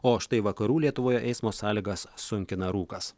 o štai vakarų lietuvoje eismo sąlygas sunkina rūkas